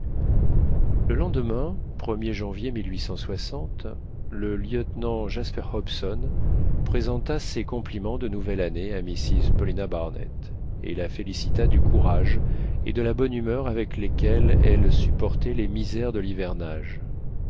le lendemain er janvier le lieutenant jasper hobson présenta ses compliments de nouvelle année à mrs paulina barnett et la félicita du courage et de la bonne humeur avec lesquels elle supportait les misères de l'hivernage